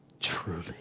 truly